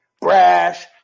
Brash